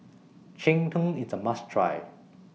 Cheng Tng IS A must Try